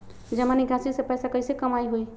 जमा निकासी से पैसा कईसे कमाई होई?